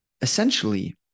essentially